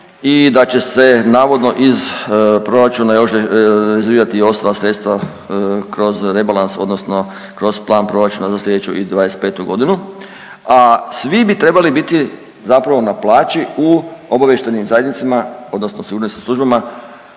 i da će se navodno iz proračuna još rezervirati i ostala sredstva kroz rebalans odnosno kroz plan proračuna za sljedeću i 2025. godinu, a svi bi trebali biti zapravo na plaći u obavještajnim zajednicama, odnosno sigurnosnim službama